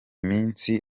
minsi